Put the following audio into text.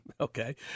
okay